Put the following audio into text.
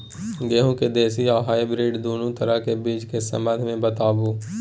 गेहूँ के देसी आ हाइब्रिड दुनू तरह के बीज के संबंध मे बताबू?